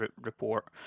report